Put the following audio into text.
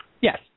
Yes